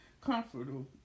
Comfortable